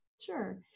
Sure